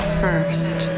first